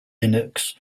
linux